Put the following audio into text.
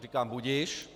Říkám budiž.